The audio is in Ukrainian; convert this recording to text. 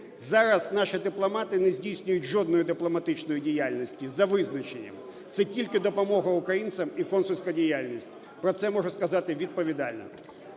Зараз наші дипломати не здійснюють жодної дипломатичної діяльності за визначенням. Це тільки допомога українцям і консульська діяльність, про це можу сказати відповідально.